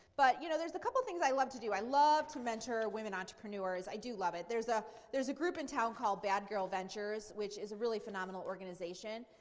but you know there's a couple things i love to do. i love to mentor women entrepreneurs. i do love it. there's ah there's a group in town called bad girl ventures which is a really phenomenal organization.